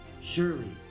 Surely